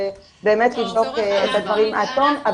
ובאמת לבדוק את הדברים עד תום.